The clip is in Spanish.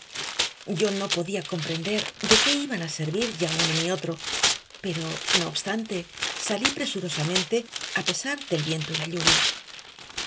yo no podía comprender de qué iban a servir ya uno ni otro pero no obstante salí presurosamente a pesar del viento y la lluvia